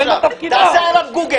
תעשה עליו גוגל